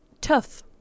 tough